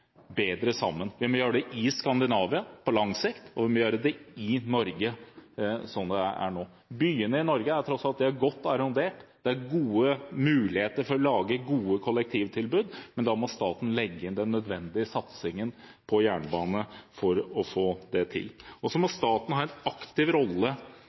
bedre sammen. Vi må gjøre det i Skandinavia på lang sikt og i Norge, slik det er nå. Byene i Norge er tross alt godt arrondert. Det er gode muligheter for å lage gode kollektivtilbud, men da må staten legge inn den nødvendige satsingen på jernbane for å få det til. Så må staten ha en aktiv rolle